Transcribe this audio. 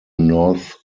north